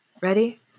Ready